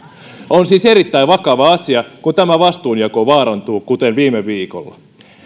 on siis erittäin vakava asia kun tämä vastuunjako vaarantuu kuten viime viikolla